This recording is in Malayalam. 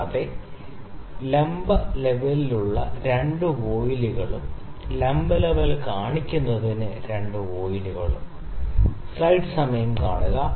കൂടാതെ ലംബ ലെവലിനുള്ള 2 വോയ്ലുകളും ലംബ ലെവൽ കാണുന്നതിന് 2 വോയ്ലുകളും